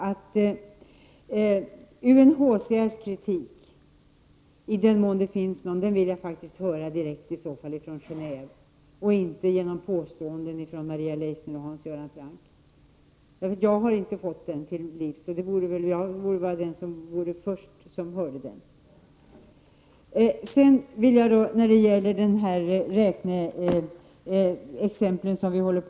1 februari 1990 UNHCR:s kritik, i den mån den finns, vill jag faktiskt i så fall höra direkt från Geneve och inte genom påståenden från Maria Leissner och Hans Göran Franck. Jag har inte fått höra någon sådan kritik, och jag borde ju vara den som först fick höra den. Sedan till de räkneexempel vi diskuterar.